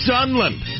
Sunland